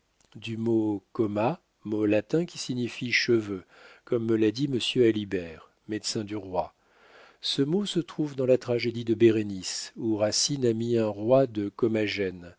du mot coma mot latin qui signifie cheveux comme me l'a dit monsieur alibert médecin du roi ce mot se trouve dans la tragédie de bérénice où racine a mis un roi de comagène